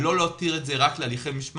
ולא להותיר את זה רק להליכי משמעת,